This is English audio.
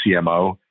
CMO